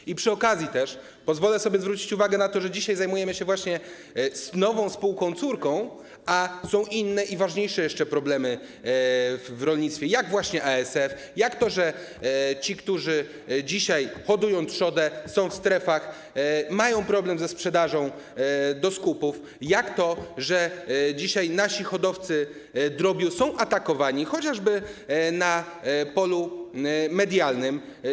I przy okazji też pozwolę sobie zwrócić uwagę na to, że dzisiaj zajmujemy się nową spółką córką, a są inne i ważniejsze jeszcze problemy w rolnictwie, jak właśnie ASF, jak to, że ci, którzy dzisiaj hodują trzodę, są w strefach i mają problem ze sprzedażą do skupów, jak to, że dzisiaj nasi hodowcy drobiu są atakowani chociażby na polu medialnym.